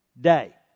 day